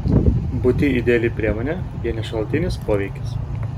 būtį ideali priemonė jei ne šalutinis poveikis